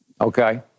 Okay